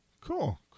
Cool